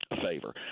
favor